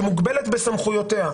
שמוגבלת בסמכויותיה.